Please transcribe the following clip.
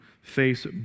face